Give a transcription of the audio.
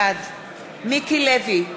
בעד מיקי לוי,